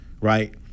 right